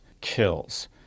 kills